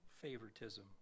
favoritism